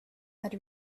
had